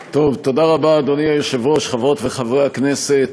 אדוני היושב-ראש, תודה רבה, חברות וחברי הכנסת,